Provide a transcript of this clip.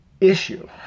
issue